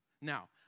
Now